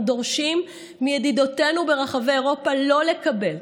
דורשים מידידותינו ברחבי אירופה לא לקבל,